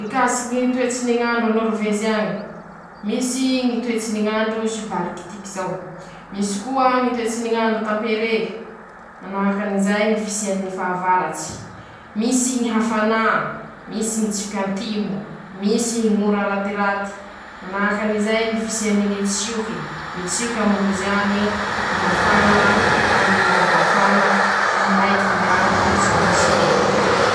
Mikasiky Ñy toetsy ny ñ'andro a Nôrivezy añy: Misy Ñy toetsy ny ñ'andro sibarikitiky zao, misy koa Ñy toetsy ny ñ'andro tampépré, manahakan'izay ñy fisiany ñy fahavaratsy, misy ñy hafanà, missy ñy tsioky antimo, misy ñ'ora ratiraty, manahakan'izay ñy fisiany ñy tsioky, mitsioky ñ'amindrozy añe ro mafana, aminy ñ'andro mafana, maiky ñ'andro tsy misy ñ'ora.